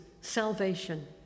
salvation